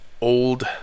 old